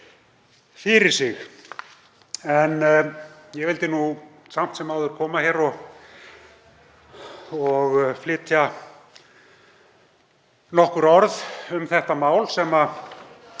fyrir sig. Ég vildi nú samt sem áður koma hingað og flytja nokkur orð um þetta mál sem ég